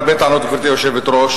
בשיעור הזכאות לבגרות בעיירות הפיתוח,